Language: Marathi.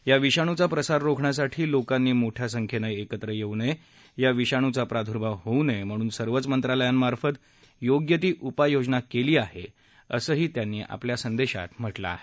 या विषाणूचा प्रसार रोखण्यासाठी लोकांनी मोठ्या संख्येनं एकत्र येऊ या विषाणूचा प्रादुर्भाव होऊ नये म्हणून सर्वच मंत्रालयांमार्फत योग्य ती उपाय योजना केली आहे असंही त्यांनी म्हटलं आहे